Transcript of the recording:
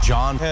John